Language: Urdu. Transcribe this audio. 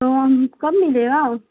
تو ہم کب ملے گا